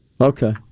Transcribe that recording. Okay